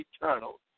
eternal